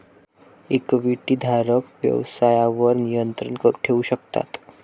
इक्विटीधारक व्यवसायावर नियंत्रण ठेवू शकतो